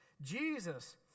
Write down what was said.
Jesus